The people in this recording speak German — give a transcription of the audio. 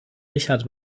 richard